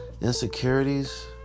insecurities